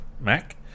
Mac